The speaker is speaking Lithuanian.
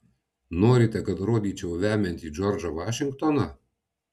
norite kad rodyčiau vemiantį džordžą vašingtoną